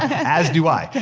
as do i,